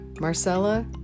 Marcella